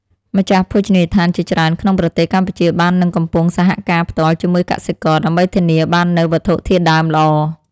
ម្ចាស់ភោជនីយដ្ឋានជាច្រើនក្នុងប្រទេសកម្ពុជាបាននឹងកំពុងសហការផ្ទាល់ជាមួយកសិករ ដើម្បីធានាបាននូវវត្ថុធាតុដើមល្អ។